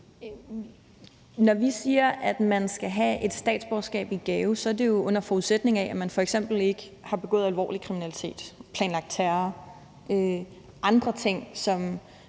Når vi siger, at man skal have et statsborgerskab i gave, er det, under forudsætning af at man f.eks. ikke har begået alvorlig kriminalitet, planlagt terror eller andre ting, som